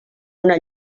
una